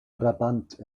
brabant